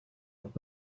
und